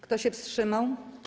Kto się wstrzymał?